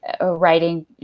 writing